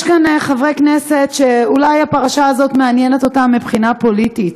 יש כאן חברי כנסת שאולי הפרשה הזאת מעניינת אותם מבחינה פוליטית,